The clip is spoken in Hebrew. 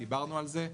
דיברנו על זה.